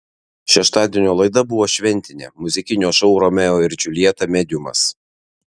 šeštadienio laida buvo šventinė muzikinio šou romeo ir džiuljeta mediumas